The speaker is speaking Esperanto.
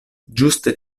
ĝuste